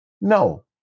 no